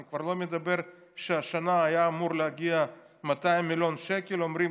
אני כבר לא מדבר שהשנה היו אמורים להגיע 200 מיליון שקל ואומרים